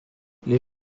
les